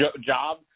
job